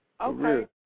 Okay